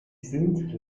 sind